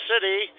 City